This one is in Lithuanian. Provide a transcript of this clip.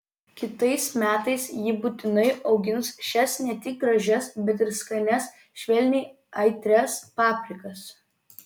kitais metais ji būtinai augins šias ne tik gražias bet ir skanias švelniai aitrias paprikas